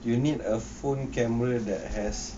you need a phone camera that has